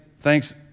thanks